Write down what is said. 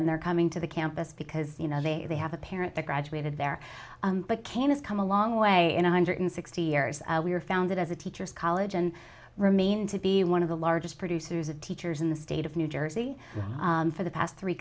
and they're coming to the campus because you know they have a parent that graduated there but can has come a long way in one hundred sixty years we were founded as a teacher's college and remain to be one of the largest producers of teachers in the state of new jersey for the past three